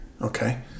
Okay